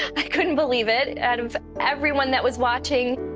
i couldn't believe it. out of everyone that was watching,